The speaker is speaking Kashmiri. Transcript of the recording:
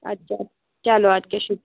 اَدٕ کیٛاہ چَلو اَدٕ کیٛاہ شُک